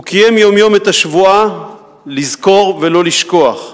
הוא קיים יום-יום את השבועה "לזכור ולא לשכוח".